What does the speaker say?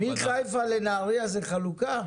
מחיפה לנהריה זה חלוקה?